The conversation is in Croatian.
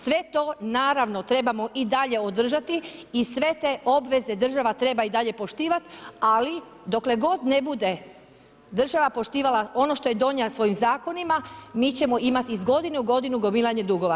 Sve to naravno trebamo i dalje održati i sve te obveze država treba i dalje poštivati, ali dokle god ne bude država poštivala ono što je donijela svojim zakonima, mi ćemo imati iz godine u godinu gomilanje dugova.